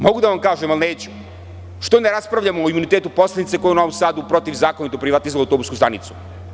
Mogu da vam kažem, ali neću – što ne raspravljamo o imunitetu poslanice koja je u Novom Sadu protivzakonito privatizovala autobusku stanicu.